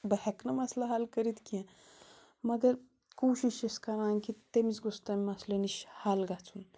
بہٕ ہٮ۪کہٕ نہٕ مَسلہٕ حَل کٔرِتھ کیٚنٛہہ مگر کوٗشِش چھَس کَران کہِ تٔمِس گوٚژھ تمہِ مَسلہٕ نِش حَل گژھُن